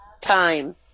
time